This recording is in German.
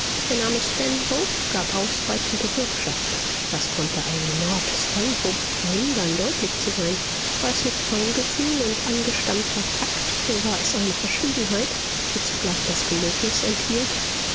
der name stanhope gab ausreichende bürgschaft was konnte einen lord stanhope verhindern deutlich zu sein war es nicht feingefühl und angestammter takt so war es eine verschwiegenheit die zugleich das gelöbnis enthielt